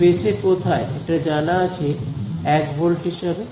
স্পেসে কোথায় এটা জানা আছে 1 ভোল্ট হিসাবে